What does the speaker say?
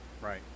Right